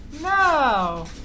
No